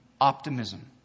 optimism